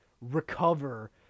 recover